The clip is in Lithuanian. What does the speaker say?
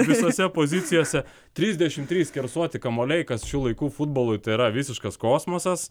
visose pozicijose trisdešim trys skersuoti kamuoliai kas šių laikų futbolui tėra visiškas kosmosas